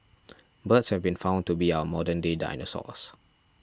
birds have been found to be our modern day dinosaurs